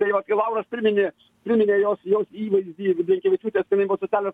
tai vat kai lauras priminė priminė jos jos įvaizdį blinkevičiūtės jinai buvo socialinės